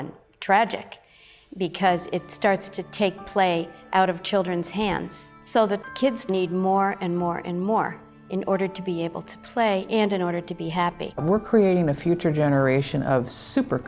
and tragic because it starts to take play out of children's hands so that kids need more and more and more in order to be able to play and in order to be happy we're creating a future generation of super